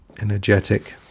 energetic